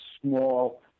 small